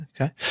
okay